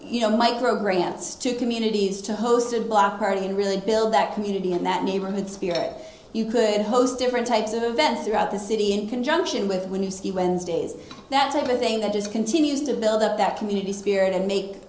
you know micro grants to communities to host a block party and really build that community and that neighborhood spirit you could host different types of events throughout the city in conjunction with when you see wednesdays that type of thing that just continues to build up that community spirit and make